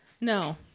No